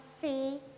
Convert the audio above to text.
see